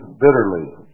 bitterly